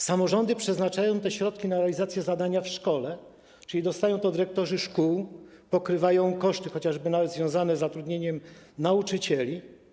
Samorządy przeznaczają te środki na realizację zadań w szkole, czyli dostają je dyrektorzy szkół, pokrywają koszty, chociażby nawet związane z zatrudnieniem nauczycieli.